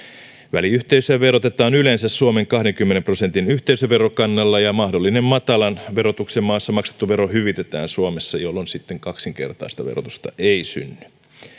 väliyhteisöä verotetaan yleensä suomen kahdenkymmenen prosentin yhteisöverokannalla ja mahdollinen matalan verotuksen maassa maksettu vero hyvitetään suomessa jolloin sitten kaksinkertaista verotusta ei synny